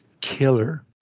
killer